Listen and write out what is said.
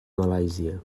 malàisia